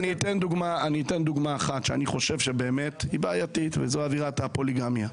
אני אתן דוגמה אחת שאני חושב שהיא בעייתית וזו עבירת הפוליגמיה.